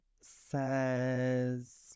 says